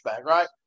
right